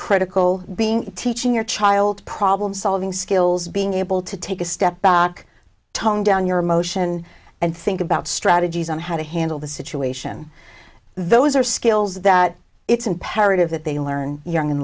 critical being teaching your child problem solving skills being able to take a step back tone down your emotion and think about strategies on how to handle the situation those are skills that it's imperative that they learn young in